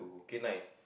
K nine